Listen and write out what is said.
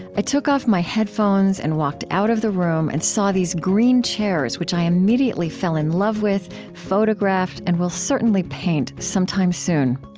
i took off my headphones and walked out of the room and saw these green chairs, which i immediately fell in love with, photographed, and will certainly paint sometime soon.